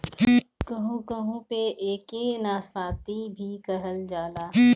कहू कहू पे एके नाशपाती भी कहल जाला